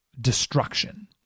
destruction